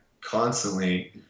constantly